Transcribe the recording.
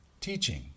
teaching